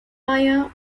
meyer